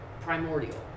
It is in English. Primordial